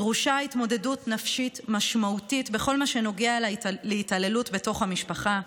דרושה התמודדות נפשית משמעותית בכל מה שנוגע להתעללות בתוך המשפחה,